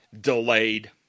delayed